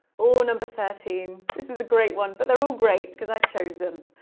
oh, number thirteen, this is a great one, but they're all great cause i chose them.